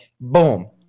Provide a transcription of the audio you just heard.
Boom